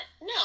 No